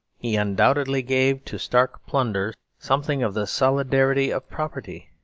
he undoubtedly gave to stark plunder something of the solidity of property.